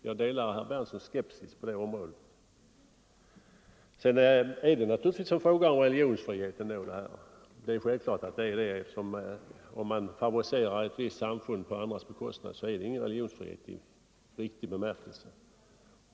Jag delar herr Berndtsons skepsis i det fallet. Sedan är det naturligtvis ändå en fråga om religionsfrihet. Om man favoriserar ett visst samfund på andras bekostnad är det ju ingen religionsfrihet i verklig bemärkelse.